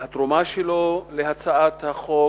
התרומה שלו להצעת החוק.